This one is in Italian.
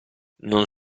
non